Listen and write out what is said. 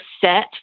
set